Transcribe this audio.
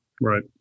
right